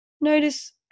Notice